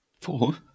Four